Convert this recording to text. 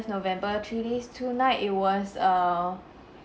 november three days two night it was err